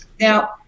Now